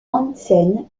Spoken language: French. hansen